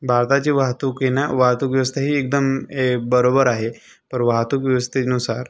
भारताची वाहतूक ना वाहतूक व्यवस्था ही एकदम ए बरोबर आहे पर वाहतूक व्यवस्थेनुसार